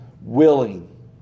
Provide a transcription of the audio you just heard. willing